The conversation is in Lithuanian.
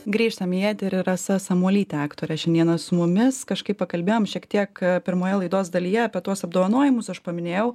grįžtam į eterį rasa samuolytė aktorė šiandieną su mumis kažkaip pakalbėjom šiek tiek pirmoje laidos dalyje apie tuos apdovanojimus aš paminėjau